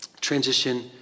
Transition